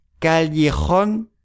Callejón